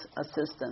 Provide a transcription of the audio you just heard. assistance